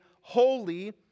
holy